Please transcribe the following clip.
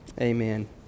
Amen